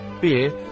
beer